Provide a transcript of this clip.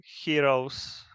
heroes